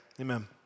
Amen